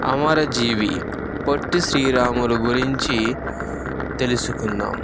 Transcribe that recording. అమరజీవి పొట్టి శ్రీరాములు గురించి తెలుసుకుందాం